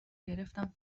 گرفتم